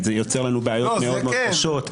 וזה יוצר לנו בעיות מאוד קשות.